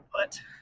put